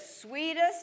sweetest